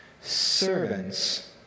servants